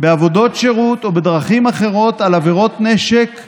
בעבודות שירות או בדרכים אחרות על עבירות נשק,